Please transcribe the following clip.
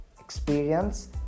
experience